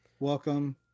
Welcome